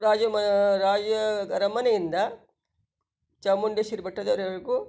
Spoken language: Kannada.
ರಾಜ ಮ ರಾಜ ಅರಮನೆಯಿಂದ ಚಾಮುಂಡೇಶ್ವರಿ ಬೆಟ್ಟದ್ವರೆಗೂ